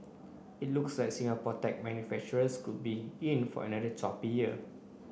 it looks like Singapore tech manufacturers could be in for another choppy year